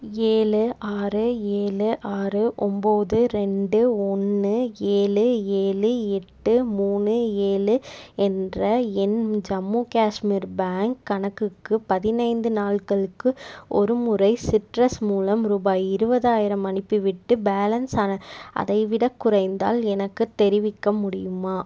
ஏழு ஆறு ஏழு ஆறு ஒம்பது ரெண்டு ஒன்று ஏழு ஏழு எட்டு மூணு ஏழு என்ற என் ஜம்மு காஷ்மீர் பேங்க் கணக்குக்கு பதினைந்து நாள்களுக்கு ஒருமுறை சிட்ரஸ் மூலம் ரூபாய் இருபதாயிரம் அனுப்பிவிட்டு பேலன்ஸ் அ அதைவிடக் குறைந்தால் எனக்குத் தெரிவிக்க முடியுமா